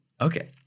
okay